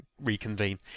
reconvene